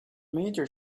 major